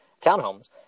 townhomes